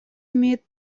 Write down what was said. имеет